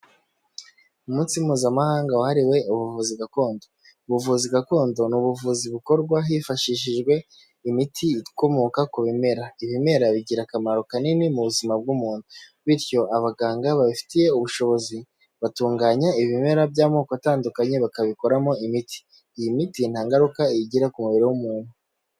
Umunsi mpuzamahanga wahariwe ubuvuzi gakondo, ubuvuzi gakondo ni ubuvuzi bukorwa hifashishijwe imiti ikomoka ku bimera, ibimera bigira akamaro kanini mu buzima bw'umuntu, bityo abaganga babifitiye ubushobozi, batunganya ibimera by'amoko atandukanye bakabikoramo imiti, iyi miti nta ngaruka igira ku mubiri w'umuntu.